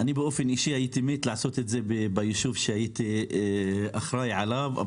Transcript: אני באופן אישי הייתי מת לעשות את זה ביישוב שהייתי אחראי עליו.